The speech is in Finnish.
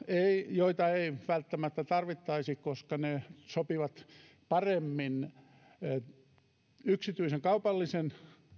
joita ei välttämättä tarvittaisi koska ne sopivat paremmin yksityisen kaupallisen